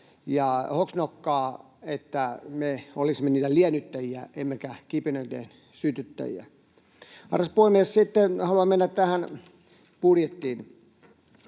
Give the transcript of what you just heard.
hoksnokkaa, että me olisimme niitä liennyttäjiä emmekä kipinöiden sytyttäjiä. Arvoisa puhemies! Sitten haluan mennä tähän budjettiin.